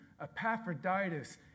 Epaphroditus